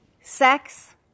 sex